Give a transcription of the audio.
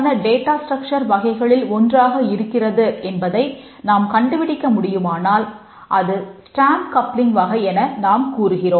stamp coupling வகை என நாம் கூறுகிறோம்